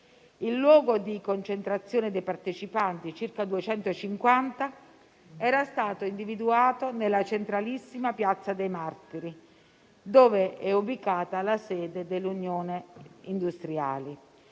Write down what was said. Il luogo di concentrazione dei partecipanti, circa 250, era stato individuato nella centralissima piazza dei Martiri, dove è ubicata la sede dell'Unione degli Industriali,